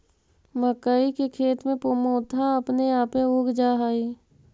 मक्कइ के खेत में मोथा अपने आपे उग जा हई